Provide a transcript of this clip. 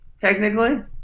technically